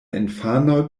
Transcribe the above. infanoj